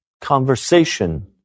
conversation